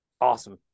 awesome